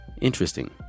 Interesting